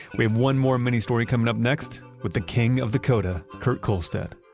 we have one more mini-story coming up next with the king of the coda, kurt kohlstedt,